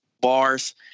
bars